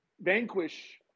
vanquish